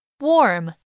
Warm